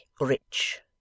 rich